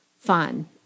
fun